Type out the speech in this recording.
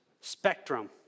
spectrum